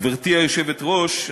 גברתי היושבת-ראש,